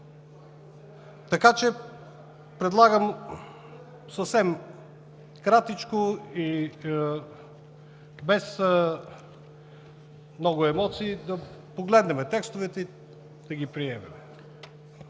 условия? Предлагам съвсем кратичко и без много емоции да погледнем текстовете и да ги приемем.